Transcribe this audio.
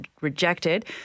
rejected